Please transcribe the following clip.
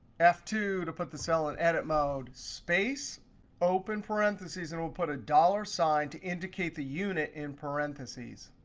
f two to put the cell in edit mode, space open parentheses, and we'll put a dollar sign to indicate the unit in parentheses.